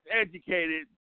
educated